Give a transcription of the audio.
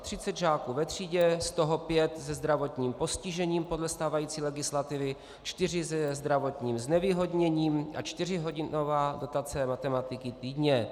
Třicet žáků ve třídě, z toho pět se zdravotním postižením podle stávající legislativy, čtyři se zdravotním znevýhodněním a čtyřhodinová dotace matematiky týdně.